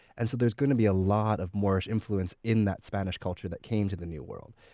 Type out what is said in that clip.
and so, there's going to be a lot of moorish influence in that spanish culture that came to the new world.